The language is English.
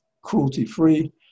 cruelty-free